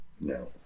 No